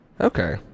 Okay